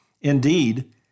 Indeed